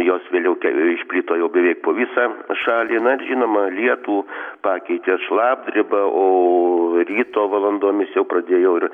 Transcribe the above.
jos vėliau išplito jau beveik po visą šalį na žinoma lietų pakeitė šlapdriba o ryto valandomis jau pradėjo ir